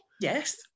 yes